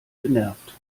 genervt